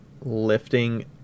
lifting